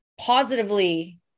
positively